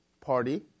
party